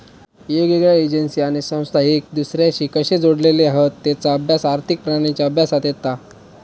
येगयेगळ्या एजेंसी आणि संस्था एक दुसर्याशी कशे जोडलेले हत तेचा अभ्यास आर्थिक प्रणालींच्या अभ्यासात येता